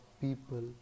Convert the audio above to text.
people